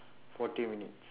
forty minutes